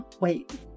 wait